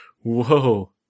whoa